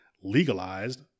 legalized